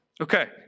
Okay